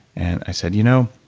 and i said, you know,